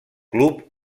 club